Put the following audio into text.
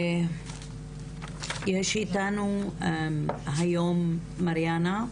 נמצאת איתנו היום מריאנה,